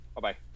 Bye-bye